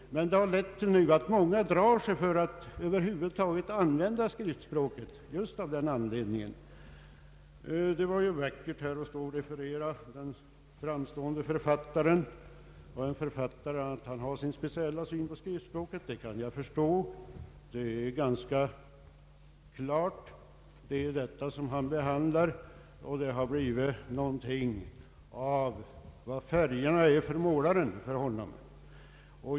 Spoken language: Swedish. Många drar sig i dag för att över huvud taget använda skriftspråket just av den anledning som jag nu har angett. Det var ju vackert att höra en framstående författares syn på denna fråga, och jag kan förstå att en författare har sin speciella syn på skriftspråket. För honom har skriftspråket blivit någonting av vad färgerna är för målaren.